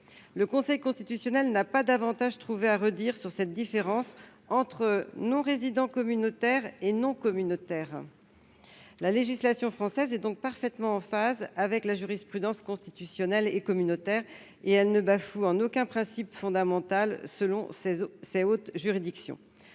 Le Conseil constitutionnel n'a pas davantage trouvé à redire sur cette différence entre non-résidents communautaires et non-résidents non communautaires. La législation française est donc parfaitement en phase avec la jurisprudence constitutionnelle et communautaire. Selon ces hautes juridictions,